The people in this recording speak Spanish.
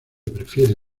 prefiere